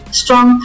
strong